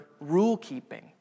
rule-keeping